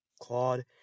Claude